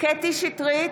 קטי קטרין שטרית,